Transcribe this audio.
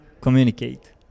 communicate